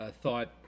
Thought